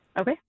Okay